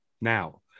now